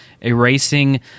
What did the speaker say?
erasing